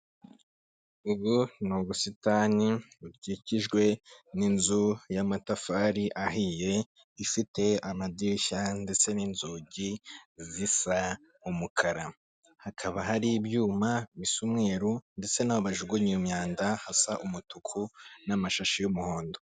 ubwo ni ubusitani bukikijwe n'inzu y'amatafari ahiye, ifite amadirishya ndetse n'inzugi zisa umukara, hakaba hari ibyuma bisa umweru, ndetse naho bajugunya iyo myanda hasa umutuku n'amashashi y'umuhondo.